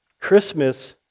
Christmas